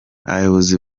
abayobozi